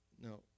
No